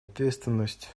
ответственность